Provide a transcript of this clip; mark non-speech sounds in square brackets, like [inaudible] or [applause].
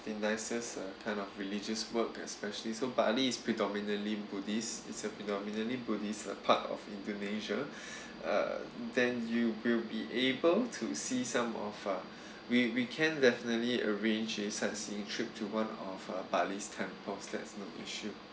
the nicest uh kind of religious work especially so bali is predominantly buddhist it's uh predominantly buddhist uh part of indonesia [breath] uh then you will be able to see some of uh we we can definitely arranging sightseeing trip to one of a buddhist temples there's no issue